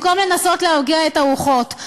במקום לנסות להרגיע את הרוחות.